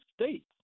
states